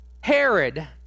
Herod